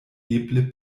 eble